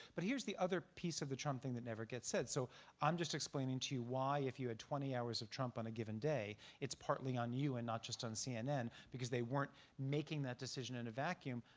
but here's the other piece of the trump thing that never gets said. so i'm just explaining to you why, if you had twenty hours of trump on a given day, it's partly on you and not just on cnn because they weren't making that decision in a vacuum.